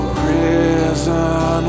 prison